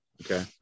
Okay